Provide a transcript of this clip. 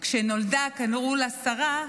כשנולדה קראו לה שרה,